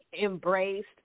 Embraced